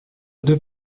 deux